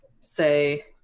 say